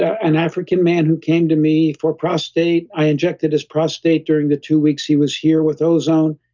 an african man who came to me for prostate, i injected his prostate during the two weeks he was here with ozone,